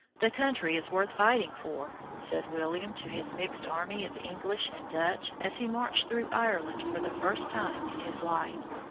the country is worth fighting for, said william to his mixed army of english and dutch as he marched through ireland for the first time in his life.